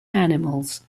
animals